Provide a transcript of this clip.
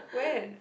when